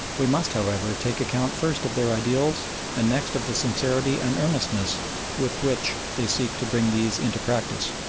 we must, however, take account first of their ideals and next of the sincerity and earnestness with which they seek to bring these into practice.